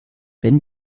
wenn